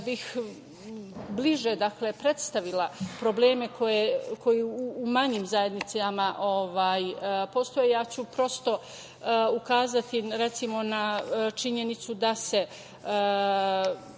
bih bliže predstavila probleme koji u manjim zajednicama postoje, ja ću prosto ukazati, recimo, na činjenicu da se